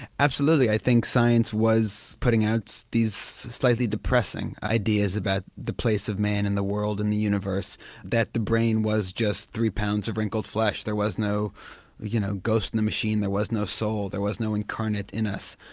absolutely i think science was putting out these slightly depressing ideas about the place of man in the world and the universe that the brain was just three pounds of wrinkled flesh, there was no you know ghost in the machine, there was no soul, there was no incarnate in us.